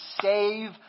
save